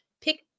pick